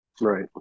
Right